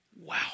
Wow